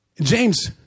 James